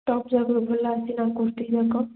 top ଯାକ ଭଲ ଆସିଛି ନା କୁର୍ତ୍ତି ଯାକ